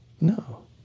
No